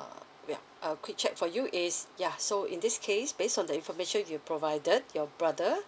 uh ya uh quick check for you is ya so in this case based on the information you provided your brother